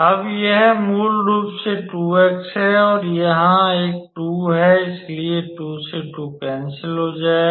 अब यह मूल रूप से 2x है और यहां एक 2 है इसलिए 2 से 2 कैन्सल हो जाएगा